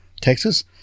Texas